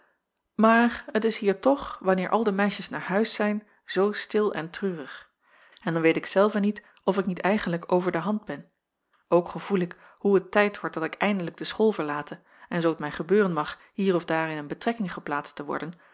maar het is hier toch wanneer al de meisjes naar huis zijn zoo stil en treurig en dan weet ik zelve niet of ik niet eigentlijk over de hand ben ook gevoel ik hoe het tijd wordt dat ik eindelijk de school verlate en zoo t mij gebeuren mag hier of daar in een betrekking geplaatst te worden